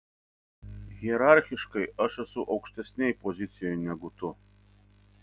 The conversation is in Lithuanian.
hierarchiškai aš esu aukštesnėj pozicijoj negu tu